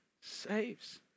saves